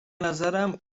نظرم